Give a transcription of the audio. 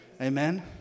Amen